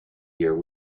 year